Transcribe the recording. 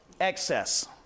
excess